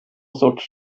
sorts